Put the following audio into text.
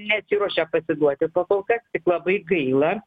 nesiruošia pasiduoti pakol kas tik labai gaila